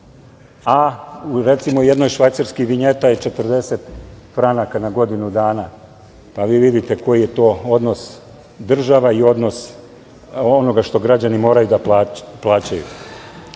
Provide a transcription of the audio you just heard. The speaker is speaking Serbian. a recimo u Švajcarskoj vinjeta je 40 franaka na godinu dana, pa vi vidite koji je to odnos država i odnos onoga što građani moraju da